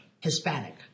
Hispanic